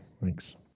Thanks